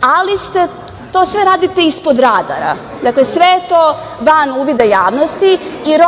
ali to sve radite ispod radara, dakle sve je to van uvida javnosti i